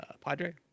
Padre